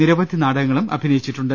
നിരവധി നാടകങ്ങളിലും അഭിന യിച്ചിട്ടുണ്ട്